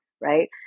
right